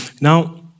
now